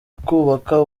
kubaka